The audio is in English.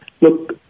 look